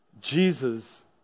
Jesus